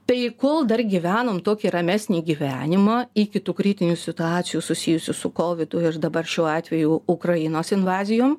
tai kol dar gyvenom tokį ramesnį gyvenimą iki tų kritinių situacijų susijusių su kovidu ir dabar šiuo atveju ukrainos invazijom